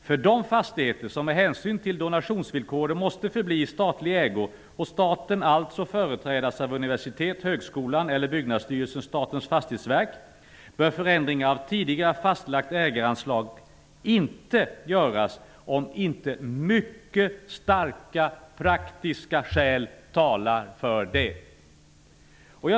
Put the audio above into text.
För de fastigheter som med hänsyn till donationsvillkoren måste förbli i statlig ägo, och där statens alltså företräds av universitet Statens fastighetsverk, bör förändringar av tidigare fastlagt ägaransvar inte göras om inte mycket starka praktiska skäl talar för detta.